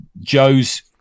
Joe's